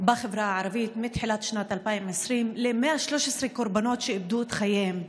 בחברה הערבית מתחילת שנת 2020 ל-113 קורבנות שאיבדו את חייהם,